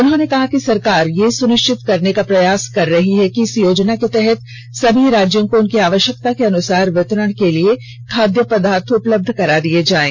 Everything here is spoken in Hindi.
उन्होंने कहा कि सरकार यह सुनिश्चित करने का प्रयास कर रही है कि इस योजना के तहत सभी राज्यों को उनकी आवश्यकता के अनुसार वितरण के लिए खाद्य पदार्थ उपलब्ध करा दिये जाएं